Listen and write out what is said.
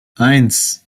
eins